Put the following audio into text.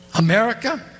America